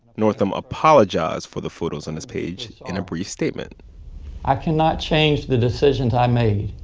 northam apologized for the photos on his page in a brief statement i cannot change the decisions i made,